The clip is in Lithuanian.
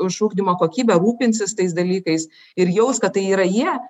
už ugdymo kokybę rūpinsis tais dalykais ir jaus kad tai yra jie